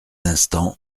instant